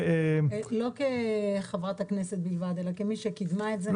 -- לא כחברת כנסת בלבד אלא מי שקידמה את זה.